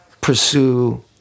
pursue